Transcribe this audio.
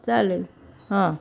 चालेल हं